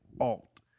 alt